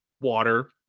water